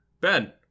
Ben